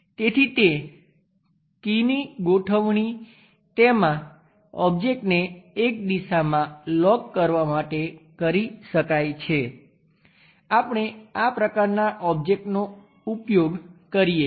તેથી તે કીની ગોઠવણી તેમાં ઓબ્જેક્ટને એક દિશામાં લોક કરવા માટે કરી શકાય છે આપણે આ પ્રકારનાં ઓબ્જેક્ટ્સનો ઉપયોગ કરીએ છીએ